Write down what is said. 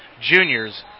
juniors